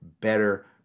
better